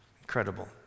Incredible